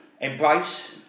embrace